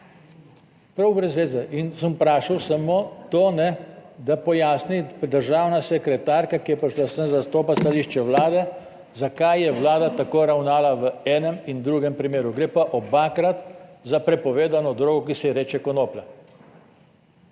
Prav brez zveze. In sem vprašal samo to, da pojasni državna sekretarka, ki je prišla sem zastopati stališče Vlade, zakaj je Vlada tako ravnala v enem in drugem primeru gre pa obakrat za prepovedano drogo, ki se ji reče konoplja.